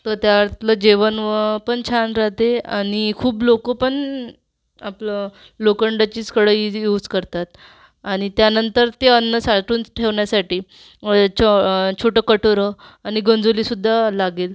तर त्यातलं जेवण व पण छान राहते आणि खूप लोक पण आपलं लोखंडाचीच कढई ही जी यूज करतात आणि त्यानंतर ते अन्न साठवून ठेवण्यासाठी छ छोटं कटोरं आणि गंजुलीसुद्धा लागेल